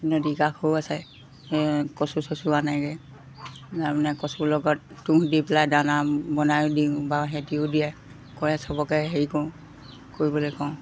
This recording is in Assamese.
নদী কাষো আছে এই কঁচু চচু আনেগৈ তাৰমানে কঁচুৰ লগত তুঁহ দি পেলাই দানা বনাইও দিওঁ বা সিহঁতেও দিয়ে কৰে সবকে হেৰি কৰোঁ কৰিবলৈ কওঁ